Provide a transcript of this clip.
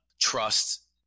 trust